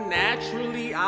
naturally